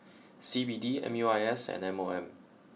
C B D M U I S and M O M